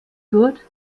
good